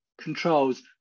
controls